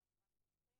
מישהו רוצה?